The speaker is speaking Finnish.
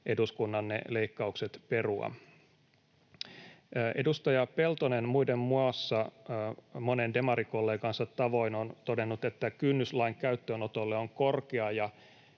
eduskunnan ne leikkaukset perua. Edustaja Peltonen muiden muassa, monen demarikollegansa tavoin, on todennut, että kynnys lain käyttöönotolle on korkea,